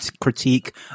critique